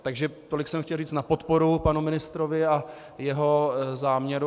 Takže tolik jsem chtěl říct na podporu panu ministrovi a jeho záměru.